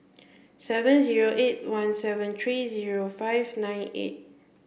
seven zero eight one seven three zero five nine eight